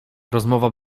rozmowa